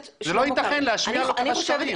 לא יתכן להשמיע כאן שקרים.